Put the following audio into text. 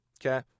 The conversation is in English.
okay